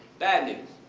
bad news